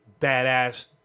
badass